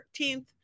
13th